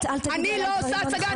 אני לא עושה הצגה.